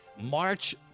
March